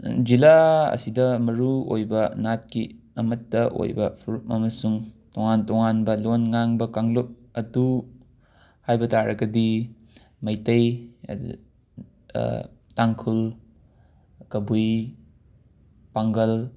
ꯖꯤꯂꯥ ꯑꯁꯤꯗ ꯃꯔꯨꯑꯣꯏꯕ ꯅꯥꯠꯀꯤ ꯑꯃꯠꯇ ꯑꯣꯏꯕ ꯐꯨꯔꯨꯞ ꯑꯃꯁꯨꯡ ꯇꯣꯉꯥꯟ ꯇꯣꯉꯥꯟꯕ ꯂꯣꯟ ꯉꯥꯡꯕ ꯀꯥꯡꯂꯨꯞ ꯑꯗꯨ ꯍꯥꯏꯕ ꯇꯥꯔꯒꯗꯤ ꯃꯩꯇꯩ ꯑꯗ ꯇꯥꯡꯈꯨꯜ ꯀꯕꯨꯏ ꯄꯥꯡꯒꯜ